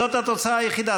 זאת התוצאה היחידה.